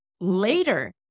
Later